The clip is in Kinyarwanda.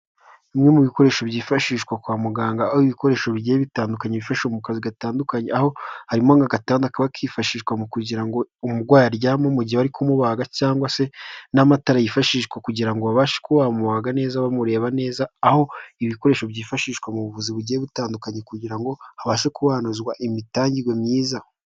Bimwe mu bikoresho byifashishwa kwa muganga aho ibikoresho bigiye bitandukanye bifasha mu kazi gatandukanye aho harimo; nka gatanda kifashishwa mu kugira ngo umurwa aryama mu gihe bari kumubaga cyangwa se n'amatara yifashishwa kugira ngo abashe kumubaga neza bamureba neza aho ibikoresho byifashishwa mu buvuzi bugiye butandukanye kugira ngo abashe kunozwa imitangirwe myiza.